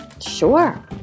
Sure